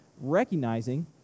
recognizing